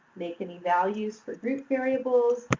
make any values for group variables.